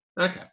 Okay